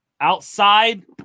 outside